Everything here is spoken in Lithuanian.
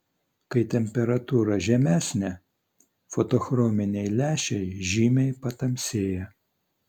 kai temperatūra žemesnė fotochrominiai lęšiai žymiai patamsėja